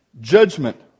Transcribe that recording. judgment